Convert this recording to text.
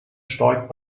stark